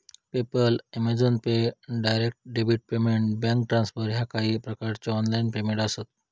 PayPal, Amazon pay, direct debit payment, bank transfer ह्या काही प्रकारचो ऑनलाइन पेमेंट आसत